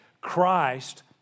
Christ